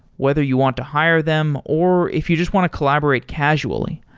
whether you want to hire them or if you just want to collaborate casually.